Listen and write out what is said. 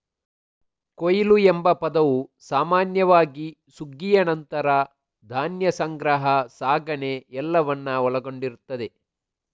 ಕೊಯ್ಲು ಎಂಬ ಪದವು ಸಾಮಾನ್ಯವಾಗಿ ಸುಗ್ಗಿಯ ನಂತರ ಧಾನ್ಯ ಸಂಗ್ರಹ, ಸಾಗಣೆ ಎಲ್ಲವನ್ನ ಒಳಗೊಂಡಿರ್ತದೆ